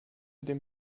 den